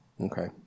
Okay